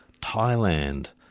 Thailand